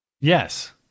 yes